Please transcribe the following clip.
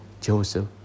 Joseph